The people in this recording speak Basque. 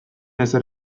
ezer